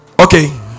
Okay